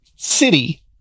city